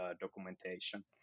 documentation